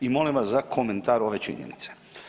I molim vas za komentar ove činjenice.